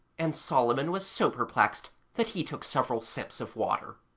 and solomon was so perplexed that he took several sips of water.